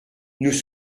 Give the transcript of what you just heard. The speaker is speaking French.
nous